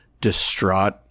distraught